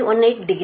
18 degree